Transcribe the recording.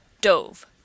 dove